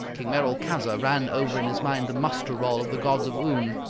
king merolchazzar ran over in his mind the muster-roll of the gods of oom.